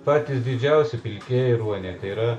patys didžiausi pilkieji ruoniai yra